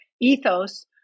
ethos